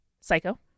Psycho